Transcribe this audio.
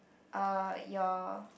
uh your